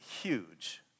huge